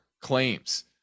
claims